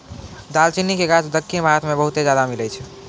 दालचीनी के गाछ दक्खिन भारत मे बहुते ज्यादा मिलै छै